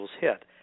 hit